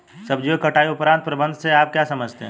सब्जियों के कटाई उपरांत प्रबंधन से आप क्या समझते हैं?